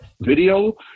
video